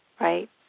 right